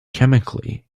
chemically